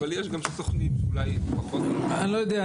אבל יש גם סוכנים שאולי פחות --- אני לא יודע,